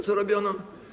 Co robiono?